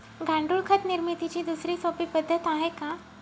गांडूळ खत निर्मितीची दुसरी सोपी पद्धत आहे का?